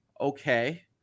okay